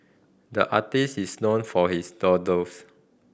the artist is known for his doodles